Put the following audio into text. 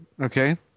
okay